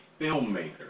filmmaker